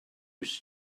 was